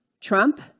Trump